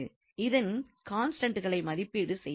இதன் கான்ஸ்டன்ட்ஸை மதிப்பீடு செய்ய வேண்டும்